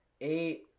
eight